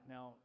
Now